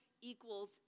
equals